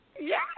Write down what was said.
Yes